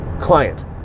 client